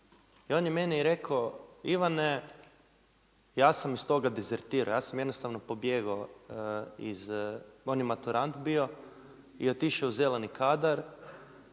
i on je meni rekao Ivane ja sam iz toga dezertirao, ja sam sam jednostavno pobjegao iz, on je maturant bio i otišao je u zeleni kadar,